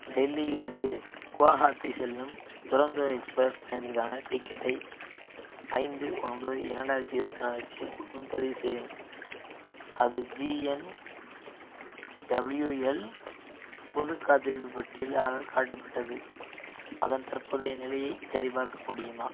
டெல்லியிலிருந்து குவஹாத்தி செல்லும் துரந்தோ எக்ஸ்பிரஸ் பயணத்திற்கான டிக்கெட்டை ஐந்து ஒன்பது இரண்டாயிரத்தி இருபாத்தி நாலுக்கு முன்பதிவு செய்தேன் அது ஜிஎன்டபிள்யூஎல் பொது காத்திருப்பு பட்டியல் ஆகக் காட்டப்பட்டது அதன் தற்போதைய நிலையைச் சரிபார்க்க முடியுமா